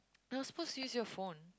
you're not supposed to use your phone